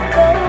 go